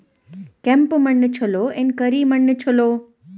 ಕೆಂಪ ಮಣ್ಣ ಛಲೋ ಏನ್ ಕರಿ ಮಣ್ಣ ಛಲೋ?